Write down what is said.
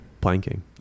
Planking